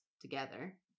together